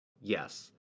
Yes